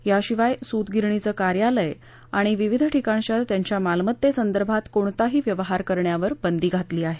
याशिवाय सूत गिरणीचे कार्यालय तसंच विविध ठिकाणच्या मालमत्तेसंदर्भात कोणताही व्यवहार करण्यावर बंदी घातली आहे